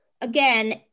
again